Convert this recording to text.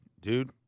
dude